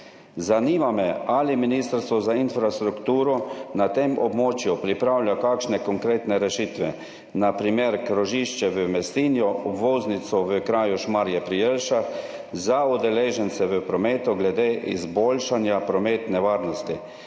Zanima me: Ali Ministrstvo za infrastrukturo na tem območju pripravlja kakšne konkretne rešitve, na primer za krožišče v Mestinju, obvoznico v kraju Šmarje pri Jelšah, za udeležence v prometu glede izboljšanja prometne varnosti,